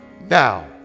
now